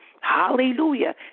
Hallelujah